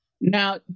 Now